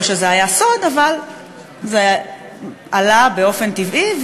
לא שזה היה סוד, אבל זה עלה באופן טבעי.